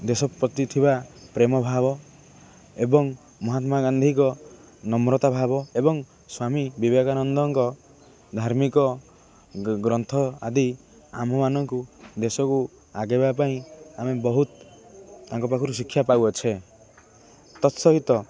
ଦେଶ ପ୍ରତି ଥିବା ପ୍ରେମ ଭାବ ଏବଂ ମହାତ୍ମାଗାନ୍ଧୀଙ୍କ ନମ୍ରତା ଭାବ ଏବଂ ସ୍ୱାମୀ ବିବେକାନନ୍ଦଙ୍କ ଧାର୍ମିକ ଗ୍ରନ୍ଥ ଆଦି ଆମମାନଙ୍କୁ ଦେଶକୁ ଆଗେଇବା ପାଇଁ ଆମେ ବହୁତ ତାଙ୍କ ପାଖରୁ ଶିକ୍ଷା ପାଉଅଛେ ତତ୍ସହିତ